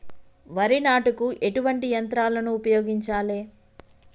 వరి నాటుకు ఎటువంటి యంత్రాలను ఉపయోగించాలే?